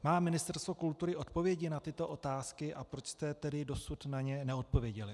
Má Ministerstvo kultury odpovědi na tyto otázky a proč jste tedy dosud na ně neodpověděli?